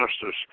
justice